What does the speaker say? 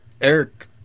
Eric